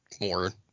more